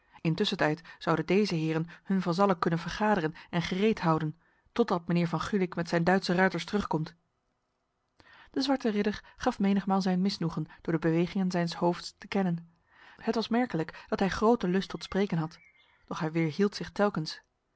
intussentijd zouden deze heren hun vazallen kunnen vergaderen en gereed houden totdat mijnheer van gulik met zijn duitse ruiters terugkomt de zwarte ridder gaf menigmaal zijn misnoegen door de bewegingen zijns hoofds te kennen het was merkelijk dat hij grote lust tot spreken had doch hij weerhield zich telkens